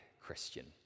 Christian